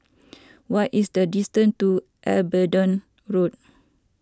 what is the distance to Abingdon Road